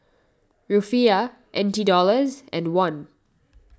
Rufiyaa N T dollars and won